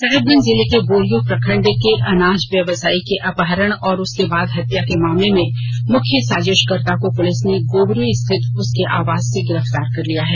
साहिबगंज जिले के बोरियो प्रखंड के अनाज व्यवसायी के अपहरण और उसके बाद हत्या के मामले में मुख्य साजिशकर्ता को पुलिस ने गोबरी स्थित उसके आवास से गिरफ्तार कर लिया है